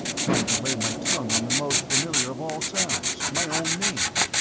trying to lay my tongue on the most familiar of all sounds, my own name.